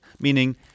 meaning